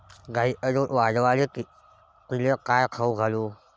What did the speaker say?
गायीचं दुध वाढवायले तिले काय खाऊ घालू?